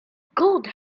god